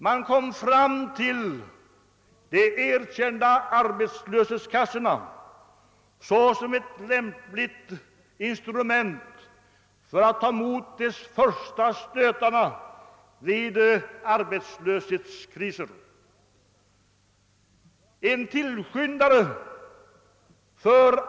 Man «beslutade om de erkända arbetslöshetskassorna såsom ett lämpligt instrument för att ta emot de första stötarna vid arbetslöshetskriser. En tillskyndare till.